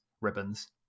ribbons